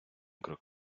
крок